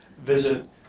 visit